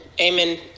amen